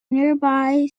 nearby